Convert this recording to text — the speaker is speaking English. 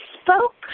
spoke